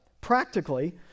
practically